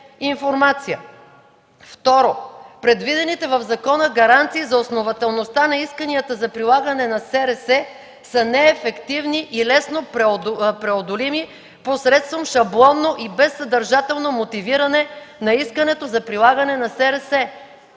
2. Предвидените в закона гаранции за основателността на исканията за прилагане на специални разузнавателни средства са неефективни и лесно преодолими посредством шаблонно и безсъдържателно мотивиране на искането за прилагане на